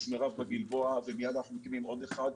מירב בגלבוע ומיד אנחנו מקימים עוד אחת.